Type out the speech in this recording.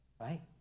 right